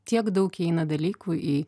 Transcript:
tiek daug įeina dalykų į